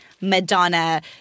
Madonna